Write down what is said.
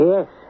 Yes